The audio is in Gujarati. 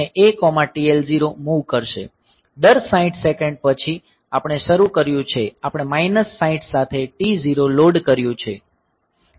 દર 60 સેકન્ડ પછી આપણે શરૂ કર્યું છે આપણે માઈનસ 60 સાથે T0 લોડ કર્યું છે